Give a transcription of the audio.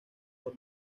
por